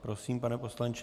Prosím, pane poslanče.